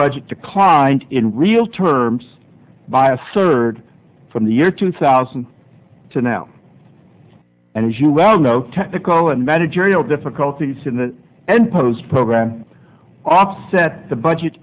budget to call in real terms by a third from the year two thousand to now and as you well know technical and managerial difficulties and post program offset the budget